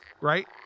right